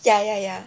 ya ya ya